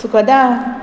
Sukhada